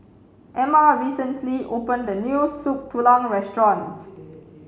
Ama recently opened a new Soup Tulang Restaurant